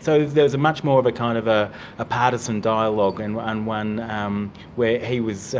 so there was much more of a kind of ah ah partisan dialogue and one one um where he was